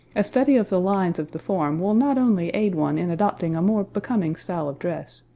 a study of the lines of the form will not only aid one in adopting a more becoming style of dress,